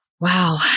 Wow